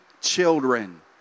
children